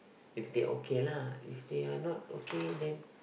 if they okay lah if they are not okay then